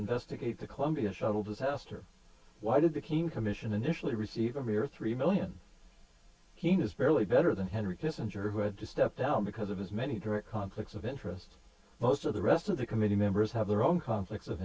investigate the columbia shuttle disaster why did became commission initially receive a mere three million he is barely better than henry kissinger who had to step down because of his many direct conflicts of interest most of the rest of the committee members have their own conflicts of